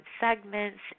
segments